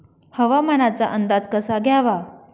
हवामानाचा अंदाज कसा घ्यावा?